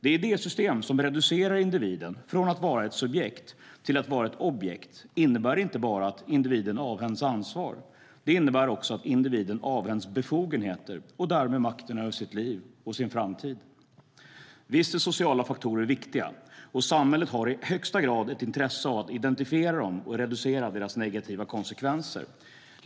Det idésystem som reducerar individen från att vara ett subjekt till att vara ett objekt innebär inte bara att individen avhänds ansvar, det innebär också att individen avhänds befogenheter och därmed makten över sitt liv och sin framtid. Visst är sociala faktorer viktiga, och samhället har i högsta grad ett intresse av att identifiera dem och reducera deras negativa konsekvenser.